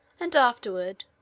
and afterward,